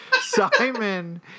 Simon